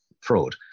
fraud